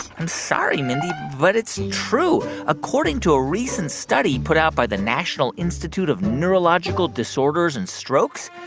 i'm sorry, mindy, but it's true. according to a recent study put out by the national institute of neurological disorders and strokes,